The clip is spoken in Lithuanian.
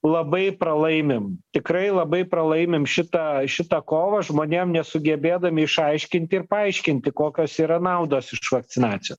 labai pralaimim tikrai labai pralaimim šitą šitą kovą žmonėm nesugebėdami išaiškint ir paaiškinti kokios yra naudos iš vakcinacijo